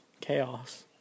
chaos